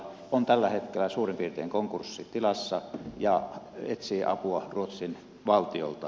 se on tällä hetkellä suurin piirtein konkurssitilassa ja etsii apua ruotsin valtiolta